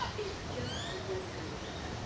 it's just a website address.